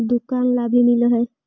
दुकान ला भी मिलहै?